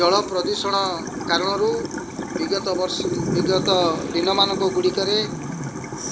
ଜଳ ପ୍ରଦୂଷଣ କାରଣରୁ ବିଗତ ବର୍ଷ ବିଗତ ଦିନମାନଙ୍କ ଗୁଡ଼ିକରେ